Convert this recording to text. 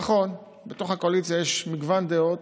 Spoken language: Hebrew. נכון, בתוך הקואליציה יש מגוון דעות.